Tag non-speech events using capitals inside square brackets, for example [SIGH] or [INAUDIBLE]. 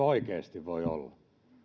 [UNINTELLIGIBLE] oikeasti voi olla